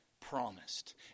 promised